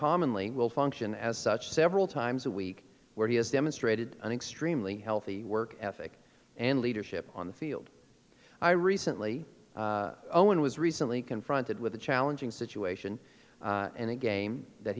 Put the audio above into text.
commonly will function as such several times a week where he has demonstrated an extremely healthy work ethic and leadership on the field i recently oh and was recently confronted with a challenging situation and a game that